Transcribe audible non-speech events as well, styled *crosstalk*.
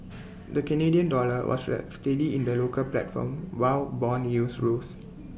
the Canadian dollar was *unintelligible* steady in the local platform while Bond yields rose